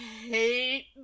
hate